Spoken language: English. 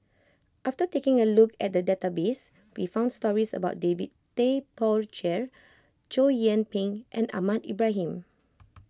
after taking a look at the database we found stories about David Tay Poey Cher Chow Yian Ping and Ahmad Ibrahim